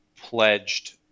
pledged